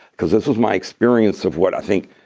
because this was my experience of what i think,